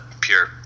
pure